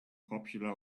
popular